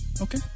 Okay